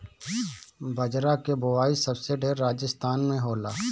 बजरा के बोआई सबसे ढेर राजस्थान में होला